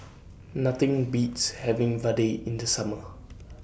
Nothing Beats having Vadai in The Summer